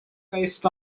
based